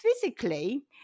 physically